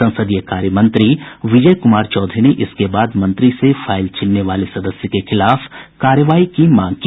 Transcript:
संसदीय कार्य मंत्री विजय कुमार चौधरी ने इसके बाद मंत्री से फाईल छीनने वाले सदस्य के खिलाफ कार्रवाई की भी मांग की